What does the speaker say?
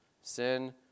Sin